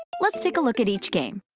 let's take a look at each game.